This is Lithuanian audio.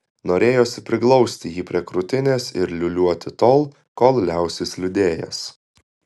norėjosi priglausti jį prie krūtinės ir liūliuoti tol kol liausis liūdėjęs